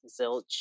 zilch